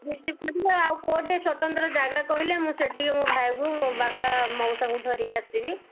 receive କରିଲେ ଆଉ କେଉଁଠି ସ୍ୱତନ୍ତ୍ର ଯାଗା କହିଲେ ମୁଁ ସେଠିକି ମୋ ଭାଇଙ୍କୁ ବାପା ମଉସାଙ୍କୁ ଧରିକି ଆସିବି